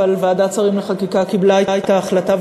אבל ועדת שרים לחקיקה קיבלה את ההחלטה,